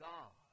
God